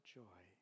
joy